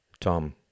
Tom